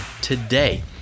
today